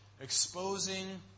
exposing